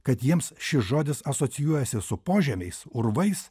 kad jiems šis žodis asocijuojasi su požemiais urvais